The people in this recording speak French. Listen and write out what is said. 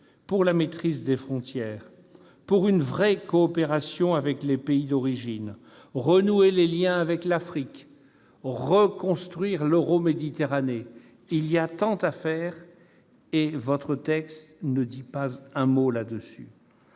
pour la maîtrise des frontières et pour une vraie coopération avec les pays d'origine. Renouer les liens avec l'Afrique, reconstruire l'Euroméditerranée : il y a tant à faire ! Mais votre texte, madame la